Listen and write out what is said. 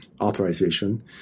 authorization